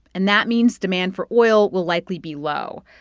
and that means demand for oil will likely be low.